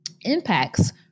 impacts